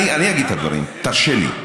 אני אגיד את הדברים, תרשה לי.